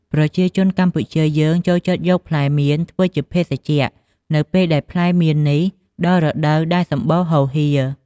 ប្រជាជនកម្ពុជាយើងចូលចិត្តយកផ្លែមៀនធ្វើជាភេសជ្ជៈ នៅពេលដែលផ្លែមៀននេះដល់រដូវដែលសម្បូរហូរហៀរ។